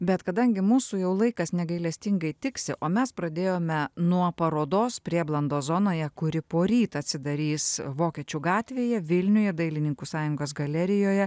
bet kadangi mūsų jau laikas negailestingai tiksi o mes pradėjome nuo parodos prieblandos zonoje kuri poryt atsidarys vokiečių gatvėje vilniuje dailininkų sąjungos galerijoje